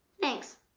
thanks.